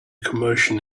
commotion